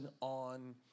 on